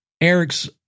Eric's